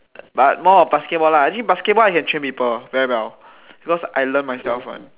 but more of basketball lah actually basketball I can train people very well because I learn myself one